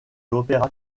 l’opéra